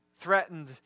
threatened